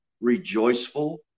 rejoiceful